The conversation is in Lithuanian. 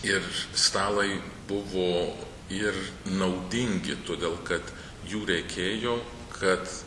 ir stalai buvo ir naudingi todėl kad jų reikėjo kad